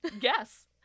Yes